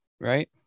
right